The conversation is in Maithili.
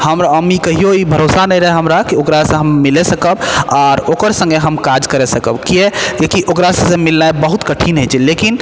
हम हम ई कहियो ई भरोसा नहि रहय हमरा कि ओकरासँ हम मिलऽ सकब आर ओकर सङ्गे हम काज करऽ सकब किएक किएक कि ओकरासँ मिलनाइ बहुत कठिन होइ छै लेकिन